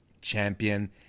champion